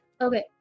Okay